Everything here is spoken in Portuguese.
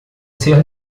ser